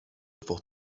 fod